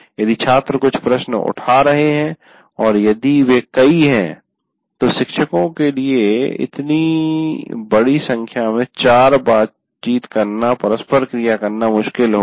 यदि छात्र कुछ प्रश्न उठा रहे हैं और यदि वे कई हैं तो शिक्षको के लिए इनसे इतनी बड़ी संख्या में बातचीत करना परस्परक्रिया करना मुश्किल होगा